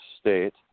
State